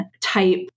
type